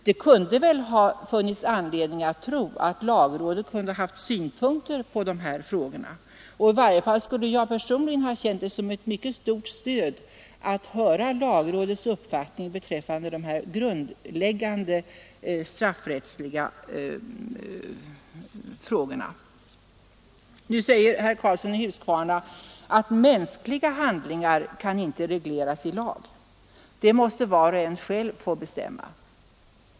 Det kunde väl ha funnits anledning tro att lagrådet haft synpunkter på dessa frågor. I varje fall skulle jag personligen ha känt det som ett mycket starkt stöd att ha fått höra lagrådets uppfattning beträffande dessa grundläggande straffsrättsliga frågor. Herr Karlsson i Huskvarna sade att mänskliga handlingar inte kan regleras i lag, utan dem måste var och en själv få bestämma över.